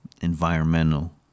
environmental